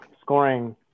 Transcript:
scoring